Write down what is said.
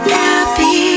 happy